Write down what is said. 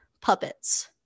puppets